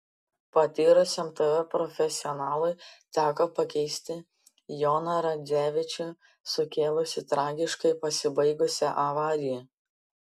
patyrusiam tv profesionalui teko pakeisti joną radzevičių sukėlusį tragiškai pasibaigusią avariją